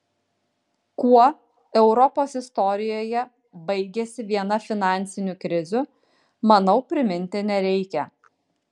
kuo europos istorijoje baigėsi viena finansinių krizių manau priminti nereikia